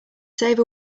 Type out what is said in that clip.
save